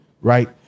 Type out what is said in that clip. right